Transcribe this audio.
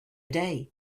day